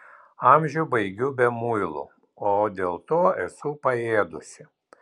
amžių baigiu be muilų o dėl to esu paėdusi